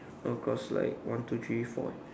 oh cause like one two three four